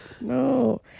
no